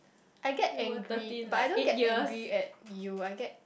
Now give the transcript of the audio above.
I get angry but I don't get angry at you I get